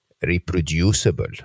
reproducible